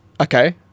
Okay